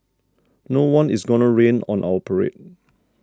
no one is gonna rain on our parade